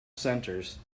centers